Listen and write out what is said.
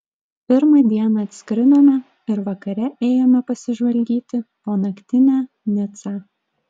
pirmą dieną atskridome ir vakare ėjome pasižvalgyti po naktinę nicą